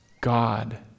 God